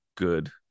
Good